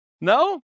no